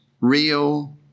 real